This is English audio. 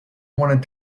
wanted